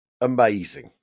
amazing